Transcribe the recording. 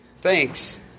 Thanks